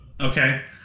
Okay